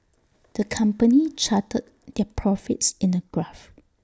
the company charted their profits in A graph